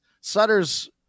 sutter's